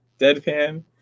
deadpan